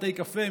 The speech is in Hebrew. בתי קפה,